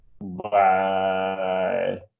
Bye